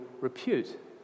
repute